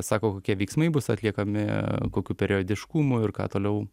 sako kokie veiksmai bus atliekami kokiu periodiškumu ir ką toliau